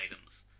items